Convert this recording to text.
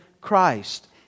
Christ